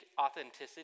authenticity